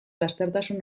lastertasun